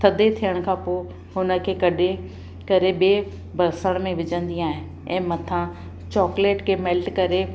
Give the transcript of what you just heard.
थधे थियण खां पोइ हुन खे कढी करे ॿिए ॿासण में विझंदी आहियां ऐं मथां चॉकलेट खे मेल्ट करे